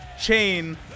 chain